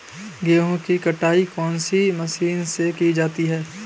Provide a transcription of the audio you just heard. गेहूँ की कटाई कौनसी मशीन से की जाती है?